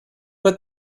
but